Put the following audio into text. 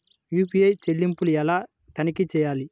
UPI చెల్లింపులు ఎలా తనిఖీ చేయాలి?